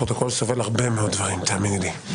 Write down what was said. כן, הפרוטוקול סובל הרבה מאוד דברים, תאמיני לי.